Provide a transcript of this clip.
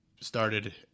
started